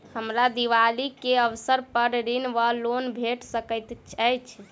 हमरा दिपावली केँ अवसर पर ऋण वा लोन भेट सकैत अछि?